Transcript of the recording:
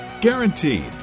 Guaranteed